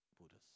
Buddhas